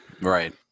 Right